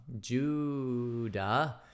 Judah